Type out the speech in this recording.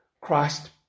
Christ